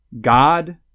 God